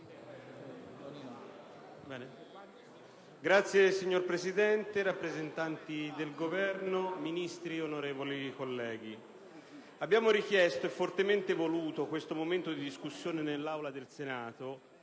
*(PD)*. Signor Presidente, signori rappresentanti del Governo, onorevoli colleghi, abbiamo richiesto e fortemente voluto questo momento di discussione nell'Aula del Senato